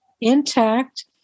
intact